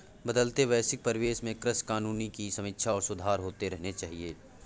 बदलते वैश्विक परिवेश में कृषि कानूनों की समीक्षा और सुधार होते रहने चाहिए